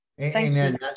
Amen